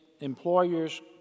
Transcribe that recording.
employer's